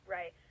Right